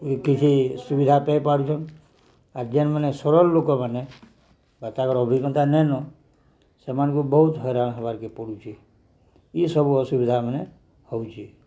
କିଛି ସୁବିଧା ପାଇ ପାରୁଛନ୍ ଆର୍ ଯେନ୍ ମାନେ ସରଳ ଲୋକମାନେ ବା ତାଙ୍କର ଅଭିଜ୍ଞତା ନାଇଁନ ସେମାନଙ୍କୁ ବହୁତ ହଇରାଣ ହବାର୍କେ ପଡ଼ୁଛି ଏସବୁ ଅସୁବିଧା ମାନ ହେଉଛି